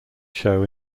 show